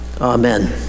amen